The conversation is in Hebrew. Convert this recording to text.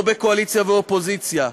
לא בקואליציה ואופוזיציה.